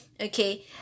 Okay